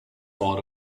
part